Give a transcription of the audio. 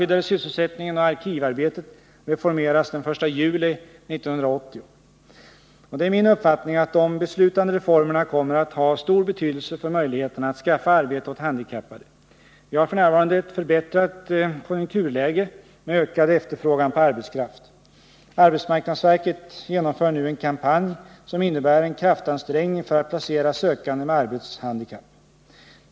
Det är min uppfattning att de beslutade reformerna kommer att ha stor betydelse för möjligheterna att skaffa arbete åt handikappade. Vi har f. n. ett förbättrat konjunkturläge med ökad efterfrågan på arbetskraft. Arbetsmarknadsverket genomför nu en kampanj som innebär en kraftansträngning för att placera sökande med arbetshandikapp.